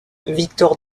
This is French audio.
victor